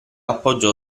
appoggiò